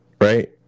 right